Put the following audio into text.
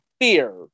Fear